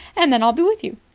and then i'll be with you.